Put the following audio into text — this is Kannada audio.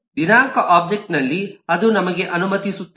ದಿನಾಂಕದ ಒಬ್ಜೆಕ್ಟ್ ನಲ್ಲಿ ಅದು ನಮಗೆ ಅನುಮತಿಸುತ್ತದೆ